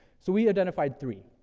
so we identified three.